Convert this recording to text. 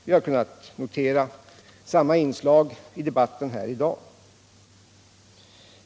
Vi har kunnat notera samma inslag i debatten här i dag.